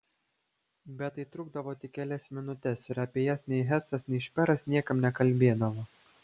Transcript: bet tai trukdavo tik kelias minutes ir apie jas nei hesas nei šperas niekam nekalbėdavo